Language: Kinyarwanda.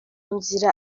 nzira